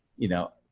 you know,